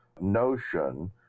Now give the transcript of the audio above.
notion